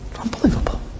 Unbelievable